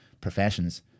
professions